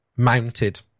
mounted